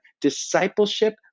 discipleship